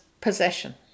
possession